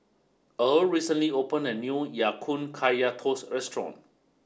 Irl recently opened a new Ya Kun Kaya Toast Restaurant